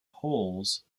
holes